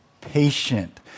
patient